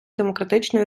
демократичної